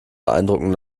beeindrucken